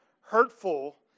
hurtful